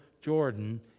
Jordan